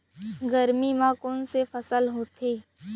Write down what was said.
गरमी मा कोन से फसल होथे?